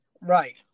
Right